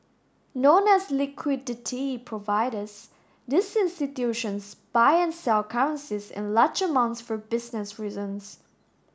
known as liquidity providers these institutions buy and sell currencies in large amounts for business reasons